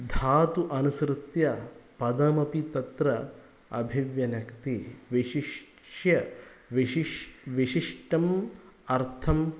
धातुम् अनुसृत्य पदमपि तत्र अभिव्यनक्ति विशिष्य विशिष्य विशिष्टम् अर्थं